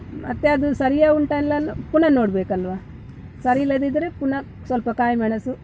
ಮತ್ತು ಅದು ಸರಿಯ ಉಂಟಲೆಲ್ಲ ಪುನಃ ನೋಡಬೇಕಲ್ವ ಸರಿ ಇಲ್ಲದಿದ್ದರೆ ಪುನಃ ಸ್ವಲ್ಪ ಕಾಯಿ ಮೆಣಸು